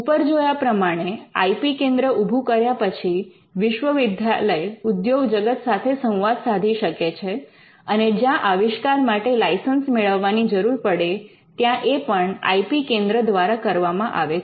ઉપર જોયા પ્રમાણે આઇ પી કેન્દ્ર ઊભું કર્યા પછી વિશ્વવિદ્યાલય ઉદ્યોગ જગત સાથે સંવાદ સાધી શકે છે અને જ્યાં આવિષ્કાર માટે લાઈસન્સ મેળવવાની જરૂર પડે ત્યાં એ પણ આઇ પી કેન્દ્ર દ્વારા કરવામાં આવે છે